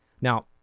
Now